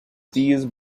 these